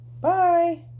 Bye